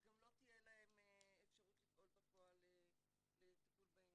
אז גם לא תהיה להם אפשרות לפעול בפועל לטיפול בעניין.